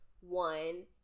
one